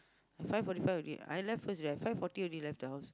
five forty five already I left first five forty already left the house